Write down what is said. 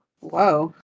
whoa